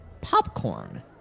popcorn